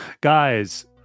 guys